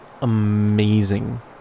amazing